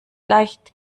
leicht